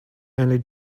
only